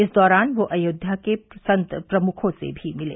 इस दौरान वे अयोध्या के संत प्रमुखों से भी मिले